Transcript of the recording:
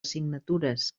assignatures